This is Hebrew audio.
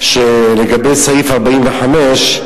לגבי סעיף 45,